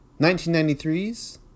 1993's